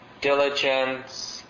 diligence